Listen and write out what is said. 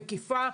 מקיפה,